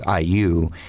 IU